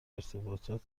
ارتباطات